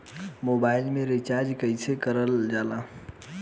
Mobile में recharge कइसे करल जाला?